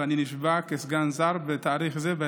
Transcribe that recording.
ואני נשבע כסגן שר בתאריך זה,